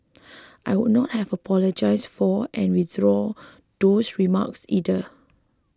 I would not have apologised for and withdrawn those remarks either